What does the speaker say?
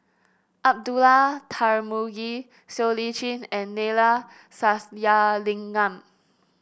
Abdullah Tarmugi Siow Lee Chin and Neila Sathyalingam